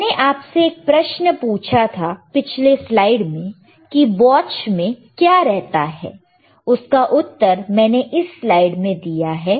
मैंने आपसे एक प्रश्न पूछा था पिछले स्लाइड में की वॉच में क्या रहता है उसका उत्तर मैंने इस स्लाइड में दिया है